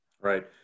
Right